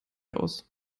aus